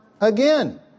again